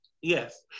yes